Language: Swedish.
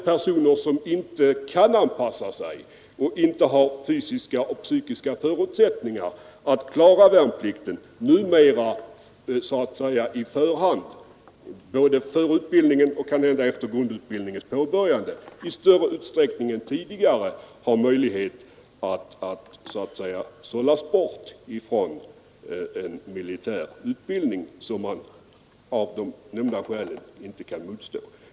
Personer som inte kan anpassa sig och inte har fysiska eller psykiska förutsättningar att klara värnplikten kan numera både före utbildningen och efter dess påbörjande i större utsträckning än tidigare sållas bort. Härav bör rimligen följa en minskning av den grova brottsligheten bland de värnpliktiga och därmed också ett minskat behov av frihetsberövande påföljder.